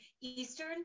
Eastern